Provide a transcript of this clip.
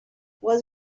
was